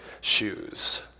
shoes